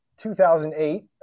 2008